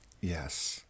Yes